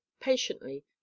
patiently